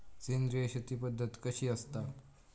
सेंद्रिय शेती पद्धत कशी असता?